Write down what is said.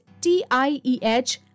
TIEH